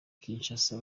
kinshasa